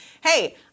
hey –